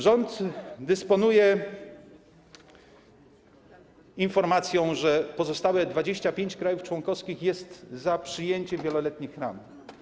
Rząd dysponuje informacją, że pozostałe 25 krajów członkowskich jest za przyjęciem wieloletnich ram.